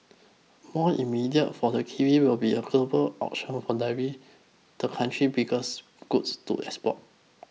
more immediate for the kiwi will be a global auction of dairy the country biggest goods export